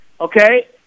okay